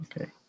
Okay